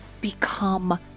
become